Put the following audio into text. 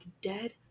dead